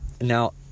Now